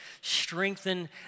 strengthen